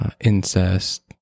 incest